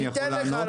אני יכול לענות?